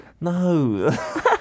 No